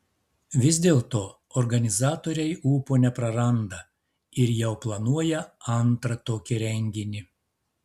vis dėlto organizatoriai ūpo nepraranda ir jau planuoja antrą tokį renginį